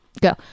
go